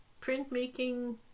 printmaking